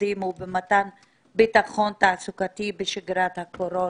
עובדים ובמתן ביטחון תעסוקתי בשגרת הקורונה.